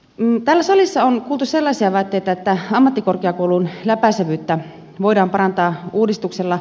täällä salissa on kuultu sellaisia väitteitä että ammattikorkeakoulun läpäisevyyttä voidaan parantaa uudistuksella